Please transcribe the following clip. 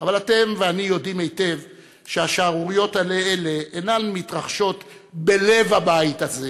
אבל אתם ואני יודעים היטב שהשערוריות האלה אינן מתרחשות בלב הבית הזה,